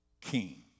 king